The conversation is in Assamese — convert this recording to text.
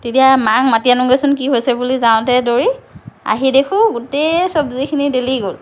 তেতিয়া মাক মাতি আনোগৈচোন কি হৈছে বুলি যাওঁতেই দৌৰি আহি দেখোঁ গোটেই চবজিখিনি দেই গ'ল